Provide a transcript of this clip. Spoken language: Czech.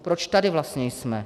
Proč tady vlastně jsme?